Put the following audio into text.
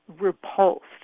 repulsed